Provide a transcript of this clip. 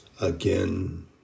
again